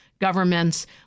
governments